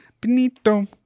Benito